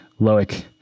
Loic